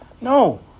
No